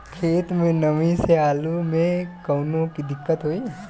खेत मे नमी स आलू मे कऊनो दिक्कत होई?